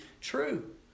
true